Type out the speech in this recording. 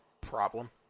Problem